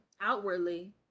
outwardly